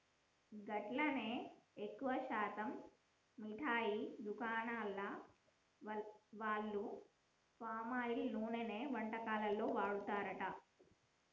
గట్లనే ఎక్కువ శాతం మిఠాయి దుకాణాల వాళ్లు పామాయిల్ నూనెనే వంటకాల్లో వాడతారట